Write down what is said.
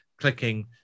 clicking